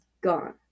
gone